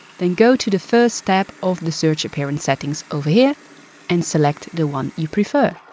then go to the first tab of the search appearance settings over here and select the one you prefer.